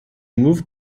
moved